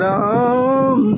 Ram